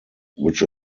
which